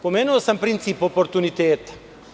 Pomenuo sam princip oportuniteta.